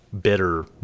bitter